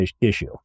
issue